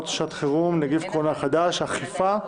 שעת חירום (נגיף הקורונה החדש אכיפה)